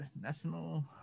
National